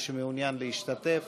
מי שמעוניין להשתתף,